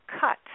cut